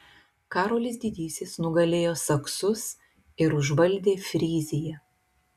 karolis didysis nugalėjo saksus ir užvaldė fryziją